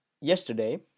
yesterday